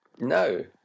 no